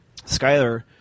Skyler